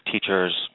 teachers